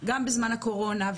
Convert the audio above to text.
גם בזמן הקורונה,